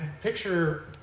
picture